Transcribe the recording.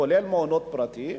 כולל מעונות פרטיים?